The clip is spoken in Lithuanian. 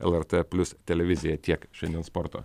lrt plius televiziją tiek šiandien sporto